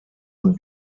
und